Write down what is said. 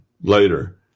later